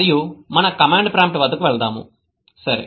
మరియు మన command prompt వద్దకు వెళ్దాము సరే